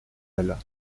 elle